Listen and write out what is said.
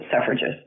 suffragists